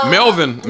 Melvin